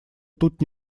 тут